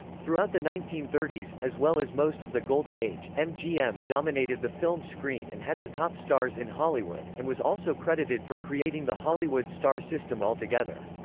throughout the nineteen thirty s, as well as most of the golden age, mgm dominated the film screen and had the top stars in hollywood, and was also credited for creating the hollywood star system altogether.